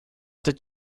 did